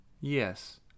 Yes